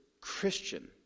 Christian